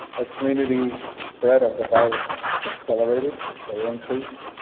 as community spread of the virus accelerated or increased,